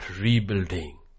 rebuilding